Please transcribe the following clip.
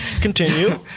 continue